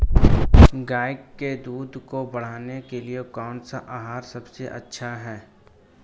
गाय के दूध को बढ़ाने के लिए कौनसा आहार सबसे अच्छा है?